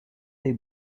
des